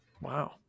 Wow